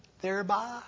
thereby